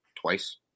twice